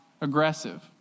aggressive